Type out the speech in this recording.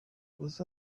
was